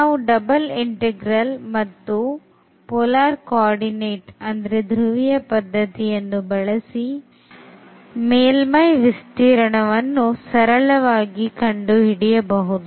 ನಾವು double integral integral ಮತ್ತು ಧ್ರುವೀಯ ಪದ್ಧತಿಯನ್ನು ಬಳಸಿ ಮೇಲ್ಮೈ ವಿಸ್ತೀರ್ಣವನ್ನು ಸರಳವಾಗಿ ಕಂಡುಹಿಡಿಯಬಹುದು